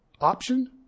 option